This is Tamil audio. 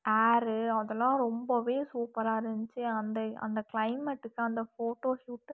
ஏர் அதலாம் ரொம்பவே சூப்பராக இருந்துச்சு அந்த அந்த கிளைமேட்டுக்கு அந்த ஃபோட்டோ ஷூட்டு